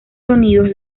sonidos